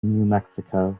mexico